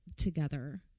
together